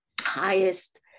highest